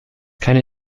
keine